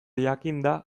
jakinda